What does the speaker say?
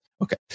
Okay